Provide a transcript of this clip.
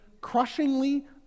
crushingly